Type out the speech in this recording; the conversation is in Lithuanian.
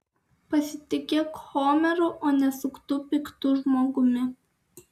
pasitikėk homeru o ne suktu piktu žmogumi